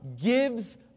gives